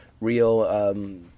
real